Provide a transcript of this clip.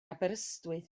aberystwyth